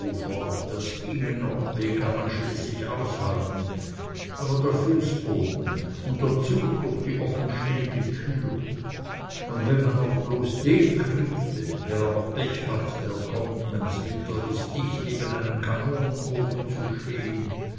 das ginge noch den kann man schließlich aushalten aber der fußboden und der zug durch die offenstehende tür und wenn man noch bloß den kriegte wer aber pech hat der kommt wenn's winter is dicht neben einen kanonenofen zu stehn